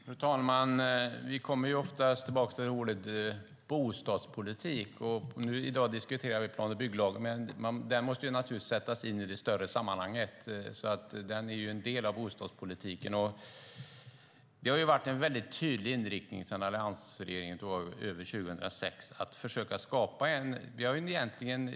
Fru talman! Vi kommer oftast tillbaka till ordet "bostadspolitik". I dag diskuterar vi plan och bygglagen, men den måste sättas in i ett större sammanhang. Den är en del av bostadspolitiken. Sedan alliansregeringen tog över 2006 har det varit en tydlig inriktning på att skapa en fungerande bostadsmarknad.